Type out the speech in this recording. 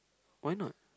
why not